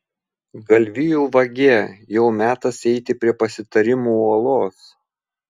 galvijų vagie jau metas eiti prie pasitarimų uolos